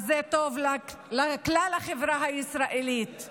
אז טוב לכלל החברה הישראלית.